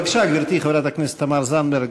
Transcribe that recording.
בבקשה, גברתי, חברת הכנסת תמר זנדברג.